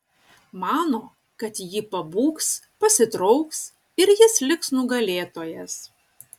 mano kad ji pabūgs pasitrauks ir jis liks nugalėtojas